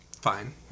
Fine